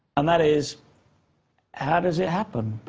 and that is how does it happen?